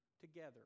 together